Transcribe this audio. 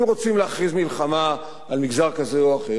אם רוצים להכריז מלחמה על מגזר כזה או אחר,